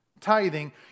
tithing